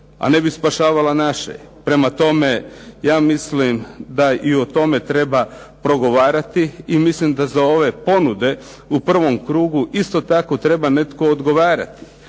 a ne bi spašavala naše. Prema tome ja mislim da i o tome treba progovarati i mislim da za ove ponude u prvom krugu isto tako treba netko odgovarati.